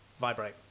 vibrate